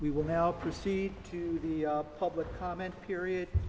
we will now proceed to the public comment period